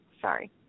Sorry